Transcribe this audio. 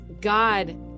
God